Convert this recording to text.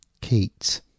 keats